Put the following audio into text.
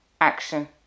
action